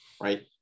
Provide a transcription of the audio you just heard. right